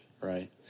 right